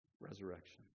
Resurrection